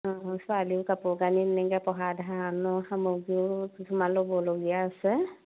অঁ ছোৱালীও কাপোৰ কানি এনেকৈ পঢ়া ধানৰ সামগ্ৰীও কিছুমান ল'বলগীয়া আছে